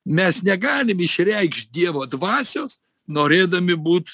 mes negalim išreikšt dievo dvasios norėdami būt